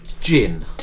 gin